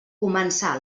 començà